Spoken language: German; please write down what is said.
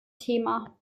thema